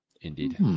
Indeed